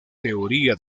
teoría